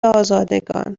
آزادگان